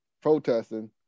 protesting